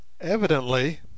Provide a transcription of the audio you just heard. Evidently